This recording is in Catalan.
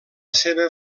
seva